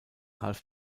half